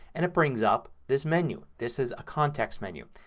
and it brings up this menu. this is a context menu.